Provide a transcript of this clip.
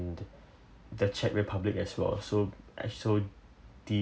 the czech republic as well so as so